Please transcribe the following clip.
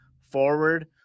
forward